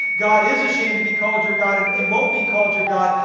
god is ashamed to be called your god and and won't be called your god,